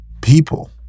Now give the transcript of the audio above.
people